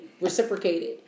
reciprocated